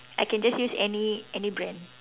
I can just use any any brand